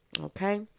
Okay